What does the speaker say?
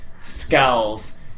scowls